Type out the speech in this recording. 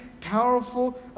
powerful